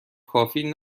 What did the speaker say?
کافی